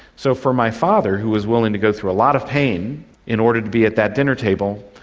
so for my father, who was willing to go through a lot of pain in order to be at that dinner table,